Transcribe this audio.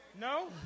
No